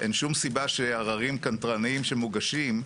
אין שום סיבה שעררים קנטרניים שמוגשים,